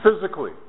physically